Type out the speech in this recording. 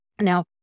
Now